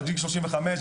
בגיל 35,